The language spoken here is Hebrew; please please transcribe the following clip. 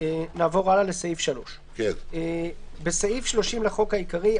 נעבור הלאה לסעיף 3. תיקון סעיף 30 3. בסעיף 30 לחוק העיקרי,